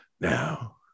Now